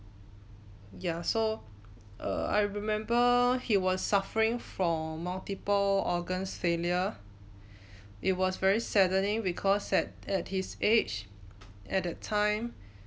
yeah so err I remember he was suffering from multiple organ failure it was very saddening because at at his age at that time